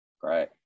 great